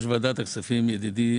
ועדת הכספים, ידידי